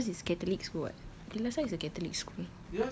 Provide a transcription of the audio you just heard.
ya but because it's catholic school [what] de la salle is a catholic school